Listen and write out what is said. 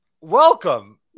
Welcome